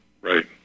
Right